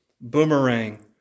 boomerang